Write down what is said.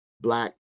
Black